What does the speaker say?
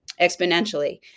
exponentially